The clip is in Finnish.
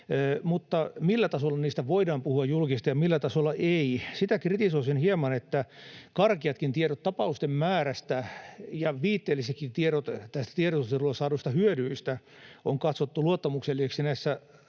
mutta millä tasolla niistä voidaan puhua julkisesti ja millä tasolla ei? Sitä kritisoisin hieman, että karkeatkin tiedot tapausten määrästä ja viitteellisetkin tiedot tästä tiedustelulla saaduista hyödyistä on katsottu luottamuksellisiksi näissä